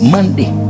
Monday